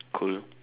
cool